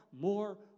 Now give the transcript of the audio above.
more